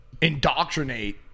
indoctrinate